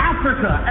Africa